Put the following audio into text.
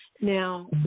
Now